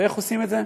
ואיך עושים את זה?